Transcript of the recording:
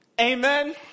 amen